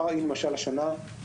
למשל השנה,